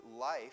life